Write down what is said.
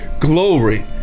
glory